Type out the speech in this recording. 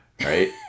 right